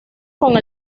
con